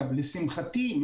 לשמחתי,